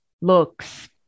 looks